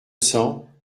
cents